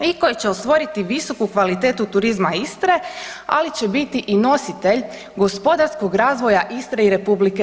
i koji će ostvariti visoku kvalitetu turizma Istre, ali će biti i nositelj gospodarskog razvoja Istre i RH.